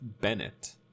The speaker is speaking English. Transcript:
Bennett